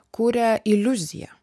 kuria iliuziją